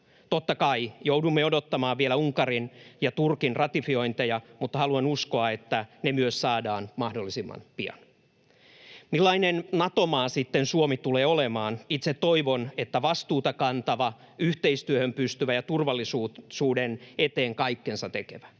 Totta kai joudumme odottamaan vielä Unkarin ja Turkin ratifiointeja, mutta haluan uskoa, että ne myös saadaan mahdollisimman pian. Millainen Nato-maa sitten Suomi tulee olemaan? Itse toivon, että vastuuta kantava, yhteistyöhön pystyvä ja turvallisuuden eteen kaikkensa tekevä.